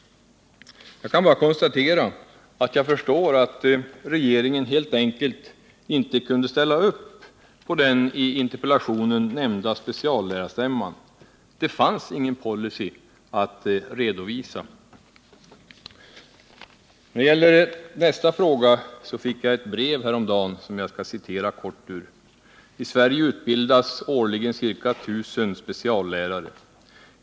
Jag förstår att regeringen helt enkelt inte kunde ställa upp på den i interpellationen nämnda speciallärarstämman. Det fanns ingen policy att redovisa. Beträffande fråga 2 fick jag häromdagen ett brev som jag skall återge helt kortfattat. Där står: ”I Sverige utbildas årligen ca 1 000 speciallärare.